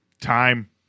time